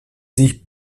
sich